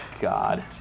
God